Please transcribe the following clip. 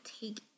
take